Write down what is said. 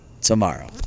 tomorrow